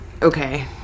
Okay